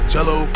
Jello